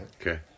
Okay